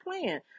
plan